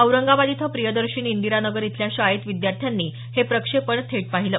औरंगाबाद इथं प्रियदर्शिनी इंदिरा नगर इथल्या शाळेत विद्यार्थ्यांनी हे प्रक्षेपण थेट पाहिलं